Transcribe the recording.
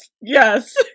Yes